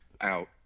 out